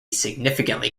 significantly